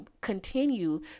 continue